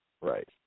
Right